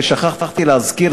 ושכחתי להזכיר,